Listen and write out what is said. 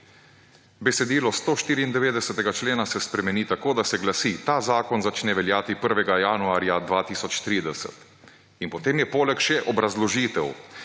»Besedilo 194. člena se spremeni tako, da se glasi: Ta zakon začne veljati 1. januarja 2030.« In potem je poleg še obrazložitev: